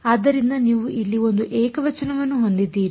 ಆದ್ದರಿಂದ ನೀವು ಇಲ್ಲಿ ಒಂದು ಏಕವಚನವನ್ನು ಹೊಂದಿದ್ದೀರಿ